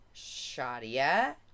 Shadia